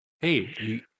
Hey